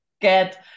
get